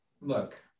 look